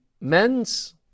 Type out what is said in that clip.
men's